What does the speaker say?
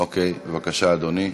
אוקיי, בבקשה, אדוני.